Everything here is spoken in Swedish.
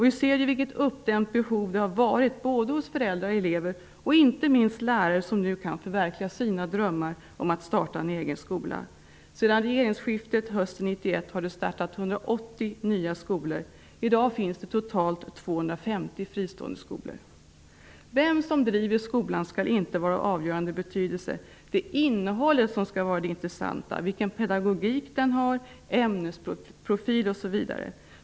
Vi ser vilket uppdämt behov det har funnits hos såväl föräldrar som elever och inte minst lärare. De kan nu förverkliga sina drömmar om att starta en egen skola. Sedan regeringsskiftet hösten 1991 har det startats 180 nya skolor. I dag finns det totalt 250 Vem som driver skolan skall inte vara av avgörande betydelse. Det är innehållet som skall vara det intressanta, t.ex. vilken pedagogik och ämnesprofil skolan har.